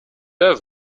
œuvre